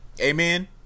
Amen